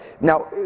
Now